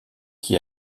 qui